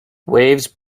waves